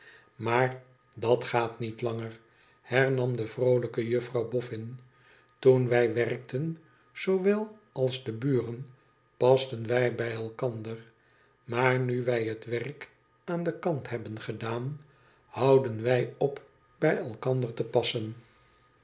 maar dat gaat niet langer hernam de vroolijke juffrouw boffin toen wij werkten zoowel als de buren pasten wij bij elkander maar nu wij het werk aan kant hebben gedaan houden wij op bij elkander te passen